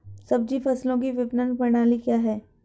सब्जी फसलों की विपणन प्रणाली क्या है?